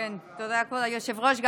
תודה, כבוד היושב-ראש.